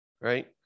right